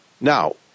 Now